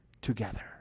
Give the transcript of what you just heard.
together